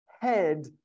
head